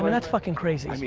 that's fuckin' crazy.